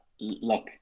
Look